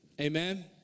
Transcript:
Amen